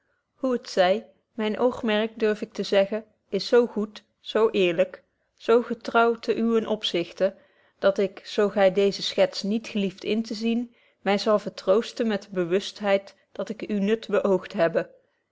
hoe het zy myn oogmerk durf ik zeggen is zo goed zo eerlyk zo getrouw ten uwen opzichte dat ik zo gy deeze schets niet gelieft in te zien my zal vertroosten met de bewustheid dat ik uw nut beöogt hebbe